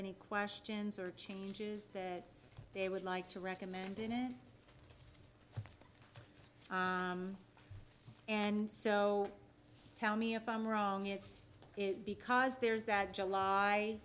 any questions or changes that they would like to recommend in and so tell me if i'm wrong it's it because there's that july